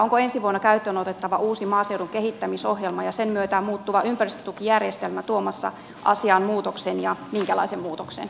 onko ensi vuonna käyttöön otettava uusi maaseudun kehittämisohjelma ja sen myötä muuttuva ympäristötukijärjestelmä tuomassa asiaan muutoksen ja minkälaisen muutoksen